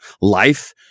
life